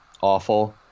awful